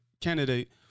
candidate